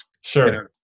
sure